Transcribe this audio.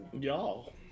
Y'all